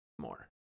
more